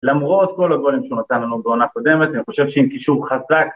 למרות כל הגולים שהוא נתן לנו בעונה הקודמת, אני חושב שעם קישור חזק